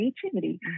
creativity